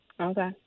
Okay